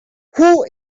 who